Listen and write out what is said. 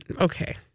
Okay